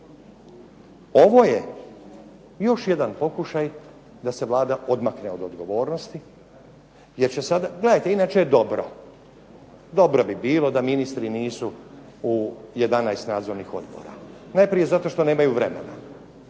Ovo je još jedan pokušaj da se Vlada odmakne od odgovornosti, jer će sada. Gledajte, inače je dobro, dobro bi bilo da ministri nisu u 11 nadzornih odbora. Najprije zato što nemaju vremena,